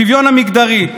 שוויון המגדרי,